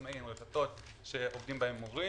העצמאי הן רשתות שעובדים בהן מורים